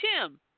Tim